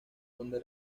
donde